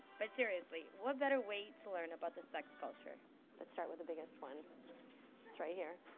but seriously, what better way to learn about the sex culture let's start with the biggest one that's right here